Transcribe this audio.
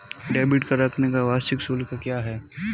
Debit card रखने का वार्षिक शुल्क क्या है?